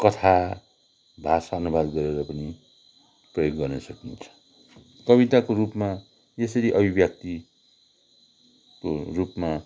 कथा भाषा अनुवाद गरेर पनि प्रयोग गर्न सकिन्छ कविताको रूपमा यसरी अभिव्यक्तिको रूपमा